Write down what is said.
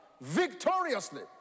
victoriously